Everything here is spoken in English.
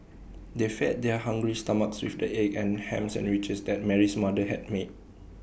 they fed their hungry stomachs with the egg and Ham Sandwiches that Mary's mother had made